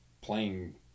playing